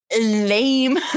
Lame